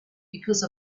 because